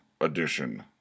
edition